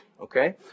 Okay